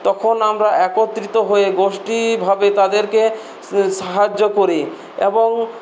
তখন আমরা একত্রিত হয়ে গোষ্ঠীভাবে তাদেরকে সাহায্য করি এবং